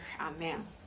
amen